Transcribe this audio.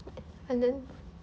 and then